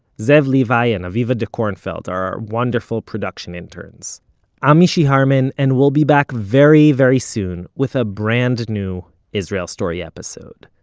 zev levi and aviva dekornfeld are our wonderful production interns i'm mishy harman, and we'll be back very very soon with a brand new israel story episode.